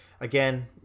again